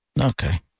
Okay